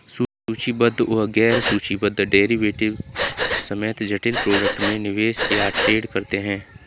सूचीबद्ध व गैर सूचीबद्ध डेरिवेटिव्स समेत जटिल प्रोडक्ट में निवेश या ट्रेड करते हैं